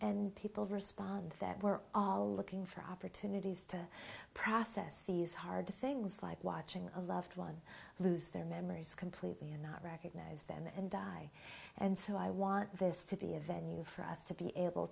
and people respond that we're all looking for opportunities to process these hard things like watching a loved one lose their memories completely and not recognize them and die and so i want this to be a venue for us to be able